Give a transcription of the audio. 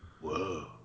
Whoa